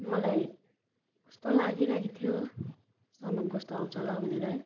मलाई कस्तो लागिरहेको थियो सामान कस्तो आउँछ होला भनेर है